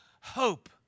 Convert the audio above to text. hope